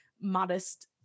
modest